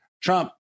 Trump